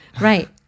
Right